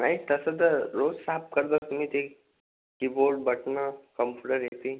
नाही तसं तर रोज साफ करत असतो मी ते कीबोर्ड बटणं कम्पुटर ए सी